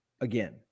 again